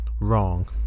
Wrong